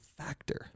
factor